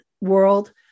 world